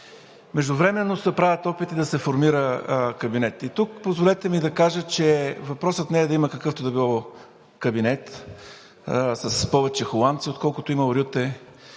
Междувременно се правят опити да се формира кабинет. И тук, позволете ми да кажа, че въпросът не е да има какъвто и да било кабинет с повече холандци, отколкото е имал Рюте.